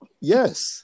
yes